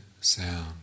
sound